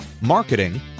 marketing